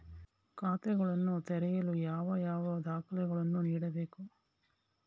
ಖಾತೆಯನ್ನು ತೆರೆಯಲು ಯಾವ ಯಾವ ದಾಖಲೆಗಳನ್ನು ನೀಡಬೇಕು?